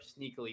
sneakily